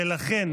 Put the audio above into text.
ולכן,